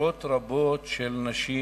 שעשרות רבות של נשים